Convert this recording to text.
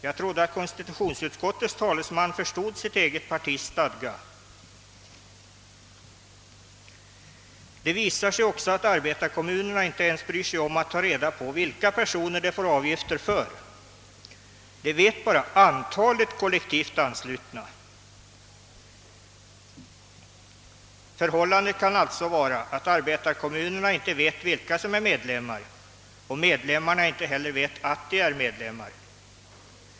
Jag trodde att konstitutionsutskottets talesman förstod sitt eget partis stadgar. Det visar sig också att arbetarkommunerna inte ens bryr sig om att ta reda på vilka personer de får avgifter för — de vet bara antalet kollektivt anslutna. Förhållandet kan alltså vara att arbetarkommunen inte vet vilka som är medlemmar och att medlemmarinte heller vet att de är medlemmar.